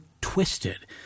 twisted